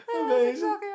Amazing